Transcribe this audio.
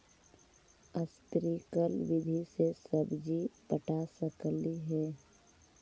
Sprinkle विधि से सब्जी पटा सकली हे?